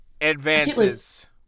advances